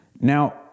now